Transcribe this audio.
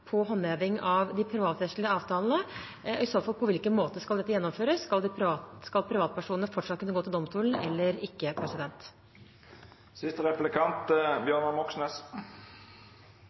på håndheving av de privatrettslige avtalene? I så fall: På hvilken måte skal dette gjennomføres? Skal privatpersonene fortsatt kunne gå til domstolen eller ikke?